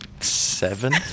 Seven